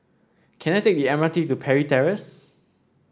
can I take the M R T to Parry Terrace